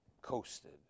coasted